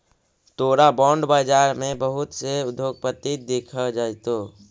तोरा बॉन्ड बाजार में बहुत से उद्योगपति दिख जतो